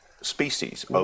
species